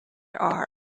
are